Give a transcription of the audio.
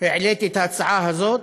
העליתי את ההצעה הזאת,